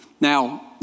Now